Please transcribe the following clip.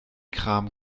kram